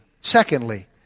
Secondly